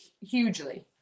hugely